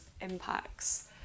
impacts